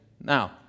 Now